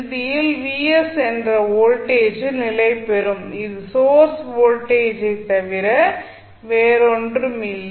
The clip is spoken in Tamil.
இறுதியில் என்ற வோல்டேஜில் நிலை பெரும் இது சோர்ஸ் வோல்டேஜை தவிர வேறொன்றுமில்லை